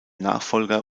nachfolger